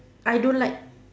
I don't like